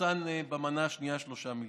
המחוסן השלושה מיליון,